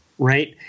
Right